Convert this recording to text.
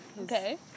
Okay